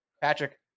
Patrick